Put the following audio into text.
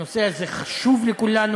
הנושא הזה חשוב לכולנו.